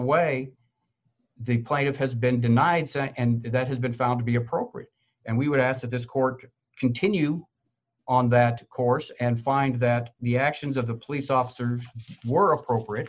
way the quiet has been denied saying and that has been found to be appropriate and we would ask that this court continue on that course and find that the actions of the police officer were appropriate